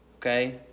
Okay